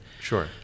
sure